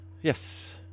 yes